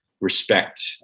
respect